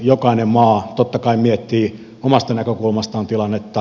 jokainen maa totta kai miettii omasta näkökulmastaan tilannetta